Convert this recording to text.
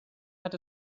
hat